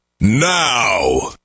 now